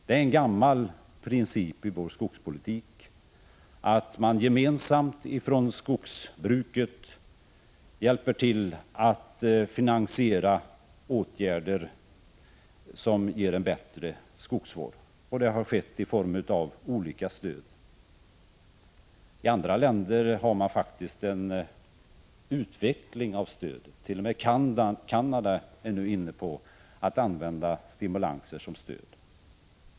Det är en gammal princip i vår skogspolitik att man inom skogsbruket gemensamt hjälper till att finansiera åtgärder som ger bättre skogsvård. Detta har skett genom olika stöd. I andra länder har man faktiskt utvecklat stödet. T. o. m. Canada är nu inne på att använda stimulanser som stöd.